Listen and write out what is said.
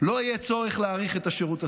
לא יהיה צורך להאריך את השירות הסדיר.